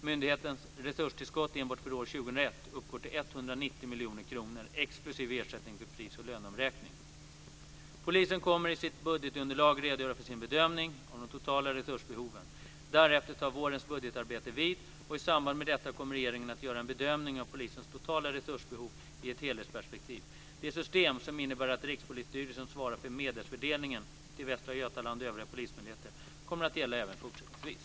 Myndighetens resurstillskott enbart för år 2001 uppgår till Polisen kommer i sitt budgetunderlag att redogöra för sin bedömning av de totala resursbehoven. Därefter tar vårens budgetarbete vid, och i samband med detta kommer regeingen att göra en bedömning av polisens totala resursbehov i ett helhetsperspektiv. Det system som innebär att Rikspolisstyrelsen svarar för medelsfördelningen till Västra Götaland och övriga polismyndigheter kommer att gälla även fortsättningsvis.